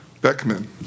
Beckman